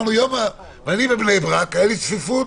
לי בבני ברק הייתה צפיפות